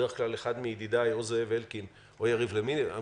בדרך כלל אחד מידידיי או זאב אלקין או יריב לוין,